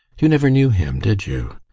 you never knew him, did you?